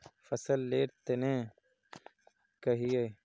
फसल लेर तने कहिए?